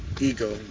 ego